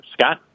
Scott